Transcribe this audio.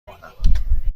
مانم